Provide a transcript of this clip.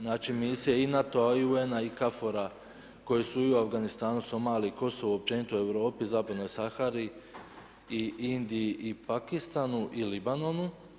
Znači misije i NATO-a i UN-a i KAFOR-a koji su i u Afganistanu, Somaliju, Kosovu, općenito u Europi, Zapadnoj Sahari i Indiji i Pakistanu i Libanonu.